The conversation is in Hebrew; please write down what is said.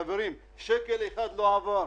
חברים, שקל אחד לא עבר.